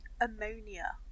ammonia